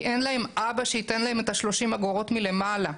כי אין להם אבא שייתן להם את ה-30 אגורות מלמעלה.